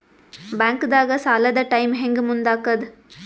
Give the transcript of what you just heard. ಬ್ಯಾಂಕ್ದಾಗ ಸಾಲದ ಟೈಮ್ ಹೆಂಗ್ ಮುಂದಾಕದ್?